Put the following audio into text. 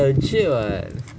no legit [what]